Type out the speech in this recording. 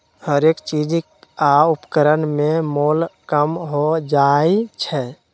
हरेक चीज आ उपकरण में मोल कम हो जाइ छै